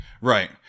Right